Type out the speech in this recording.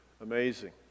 amazing